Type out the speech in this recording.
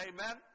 Amen